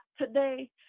today